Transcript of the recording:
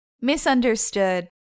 misunderstood